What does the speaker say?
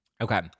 Okay